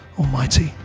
Almighty